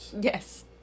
Yes